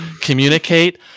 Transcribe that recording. communicate